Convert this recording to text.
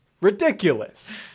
Ridiculous